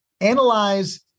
analyze